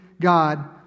God